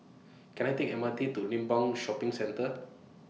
Can I Take M R T to Limbang Shopping Centre